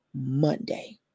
Monday